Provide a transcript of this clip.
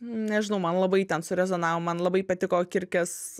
nežinau man labai ten surezonavo man labai patiko kirkės